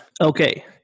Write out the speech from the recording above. Okay